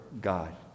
god